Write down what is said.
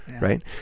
right